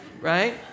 right